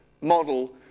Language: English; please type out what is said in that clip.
model